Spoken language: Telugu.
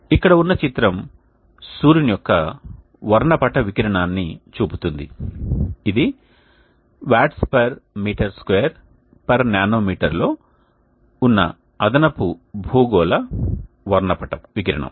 ఇక్కడ ఉన్న చిత్రం సూర్యుని యొక్క వర్ణపట వికిరణాన్ని చూపుతుంది ఇది Wattsm2nanometer లో ఉన్న అదనపు భూగోళ వర్ణపటం వికిరణం